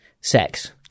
sex